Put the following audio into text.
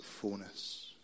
fullness